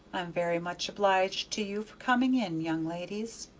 i'm very much obliged to you for coming in, young ladies.